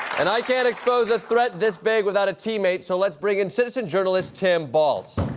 and i can't expose a threat this big without a teammate, so let's bring in citizen-journalist tim baltz.